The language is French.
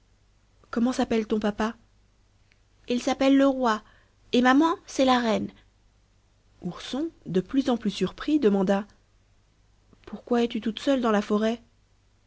comment s'appelle ton papa il s'appelle le roi et maman c'est la reine ourson de plus en plus surpris demanda pourquoi es-tu toute seule dans la forêt